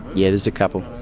yeah, there's a couple.